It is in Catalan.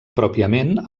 pròpiament